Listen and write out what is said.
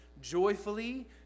joyfully